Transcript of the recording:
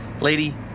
Lady